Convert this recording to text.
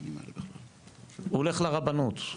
הוא הולך לרבנות,